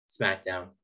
smackdown